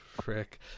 Frick